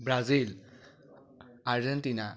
Brazil Argentina